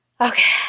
Okay